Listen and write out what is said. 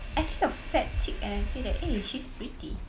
I see a fat chick and I say that eh she's pretty